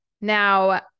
Now